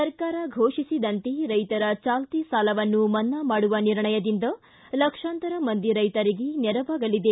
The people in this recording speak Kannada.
ಸರ್ಕಾರ ಘೋಷಿಸಿದಂತೆ ರೈತರ ಜಾಲ್ತಿ ಸಾಲವನ್ನು ಮನ್ನಾ ಮಾಡುವ ನಿರ್ಣಯದಿಂದ ಲಕ್ಷಾಂತರ ಮಂದಿ ರೈತರಿಗೆ ನೆರವಾಗಲಿದೆ